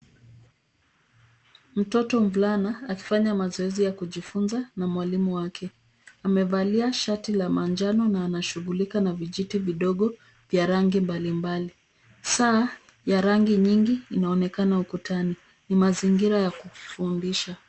Mtoto mvulana akifanya mazoezi ya kujifunza na mwalimu wake. Amevalia shati la manjano na anashughulika na vijiti vidogo vya rangia mbalimbali. Saa ya rangi nyingi inaonekana ukutani. Ni mazingira ya kufundisha.